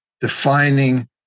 defining